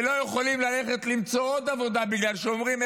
ולא יכולים ללכת למצוא עוד עבודה בגלל שהם אומרים: